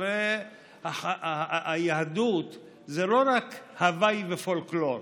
הרי היהדות זה לא רק הוויי ופולקלור.